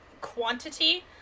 quantity